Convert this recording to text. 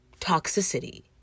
toxicity